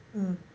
mm